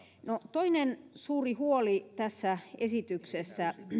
toinen suuri huoli tässä esityksessä